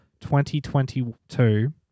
2022